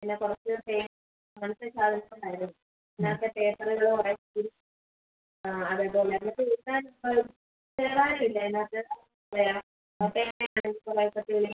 പിന്നെ കുറച്ച് പിന്നെ കുറച്ച് പേനയും അങ്ങനത്തെ സാധനങ്ങളായിരുന്നു ഈ ബുക്കിനകത്ത് പേപ്പറുകള് കുറെ കീറി ഇരിക്കുകയും ആ അതേപോലെ തന്നെ അത് എഴുതാനുള്ളൊരു നിലവാരം ഇല്ലായിരുന്നു അതിനകത്ത് അത് എന്താ പറയുക പേനയാണെങ്കിൽ കുറെ ഒക്കെ തെളിയുന്നില്ല